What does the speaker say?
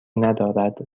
ندارد